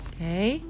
Okay